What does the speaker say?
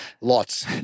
Lots